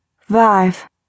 five